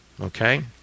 okay